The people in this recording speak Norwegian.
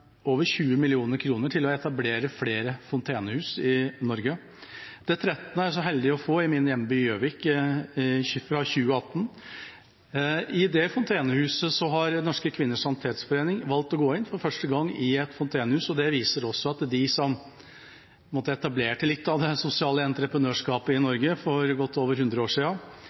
over 20 mill. kr til å etablere flere fontenehus i Norge. Det trettende er vi så heldig å få i min hjemby, Gjøvik, fra 2018. Der har Norske Kvinners Sanitetsforening for første gang valgt å gå inn i et fontenehus, og det viser også at de som etablerte litt av det sosiale entreprenørskapet i Norge for godt over hundre år